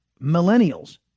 millennials